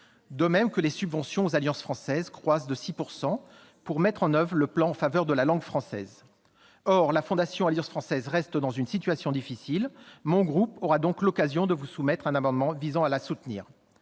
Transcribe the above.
De même, les subventions aux alliances françaises croissent de 6 % pour mettre en oeuvre le plan en faveur de la langue française. Or la Fondation Alliance française reste dans une situation difficile. Mon groupe aura donc l'occasion de vous soumettre un amendement visant à la soutenir.